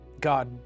God